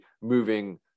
moving